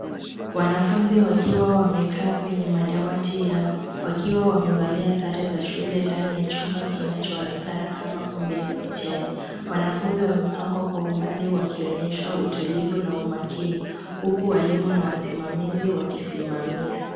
Wanafunzi wakiwa wamekaa kwenye madawati yao, wakiwa wamevalia sare za shule ndani chumba kinachoonekana kama kumbi la mitihani. Wanafunzi wamepangwa kwa umbali wakionyesha utulifu na umakini, uku walimu na wasimamisi wakisimamia.